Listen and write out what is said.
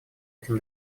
этим